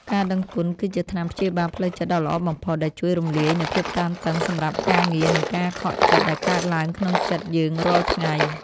ការដឹងគុណគឺជាថ្នាំព្យាបាលផ្លូវចិត្តដ៏ល្អបំផុតដែលជួយរំលាយនូវភាពតានតឹងសម្រាប់ការងារនិងការខកចិត្តដែលកើតឡើងក្នុងចិត្តយើងរាល់ថ្ងៃ។